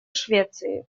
швеции